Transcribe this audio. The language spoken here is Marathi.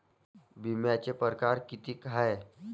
बिम्याचे परकार कितीक हाय?